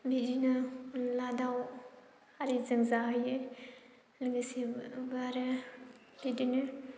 बिदिनो अनला दाव आरिजों जाहोयो लोगोसेबो आरो बिदिनो